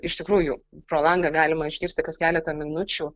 iš tikrųjų pro langą galima išgirsti kas keletą minučių